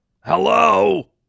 hello